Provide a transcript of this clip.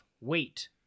Weight